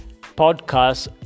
podcast